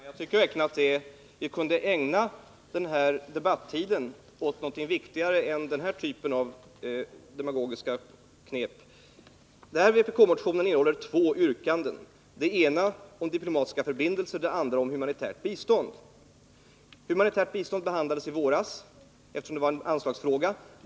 Fru talman! Jag tycker verkligen att vi kunde ägna denna debattid åt något viktigare än denna typ av demagogiska knep. Vpk-motionen innehåller två yrkanden: ett om diplomatiska förbindelser och ett om humanitärt bistånd. Frågan om humanitärt bistånd behandlades i våras, eftersom det var en anslagsfråga.